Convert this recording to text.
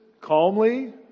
calmly